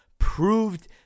proved